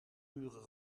uren